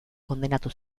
kondenatu